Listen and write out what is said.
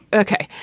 okay.